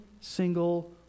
single